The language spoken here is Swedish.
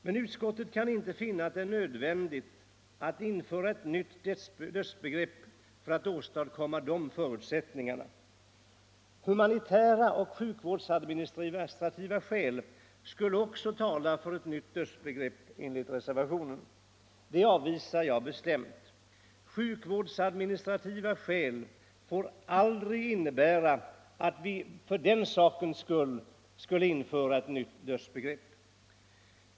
Men utskottet kan inte finna att det är nödvändigt att införa ett nytt dödsbegrepp för att åstadkomma de förutsättningarna. Humanitära och sjukvårdsadministrativa skäl skulle också, enligt reservationen, tala för ett nytt dödsbegrepp. Det avvisar jag bestämt. Sjukvårdsadministrativa skäl får aldrig anföras för att vi skulle införa ett nytt dödsbegrepp.